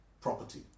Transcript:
property